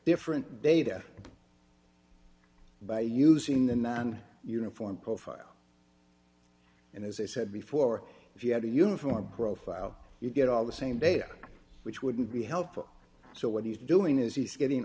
different data by using the non uniform profile and as i said before if you had a uniform profile you get all the same data which wouldn't be helpful so what he's doing is he's getting